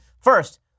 First